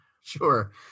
Sure